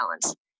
balance